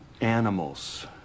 Animals